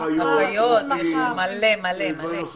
רופאים --- מלא, מלא.